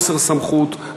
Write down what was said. חוסר סמכות,